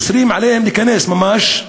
אוסרים עליהן להיכנס ממש,